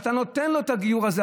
ואתה נותן לו את הגיור הזה,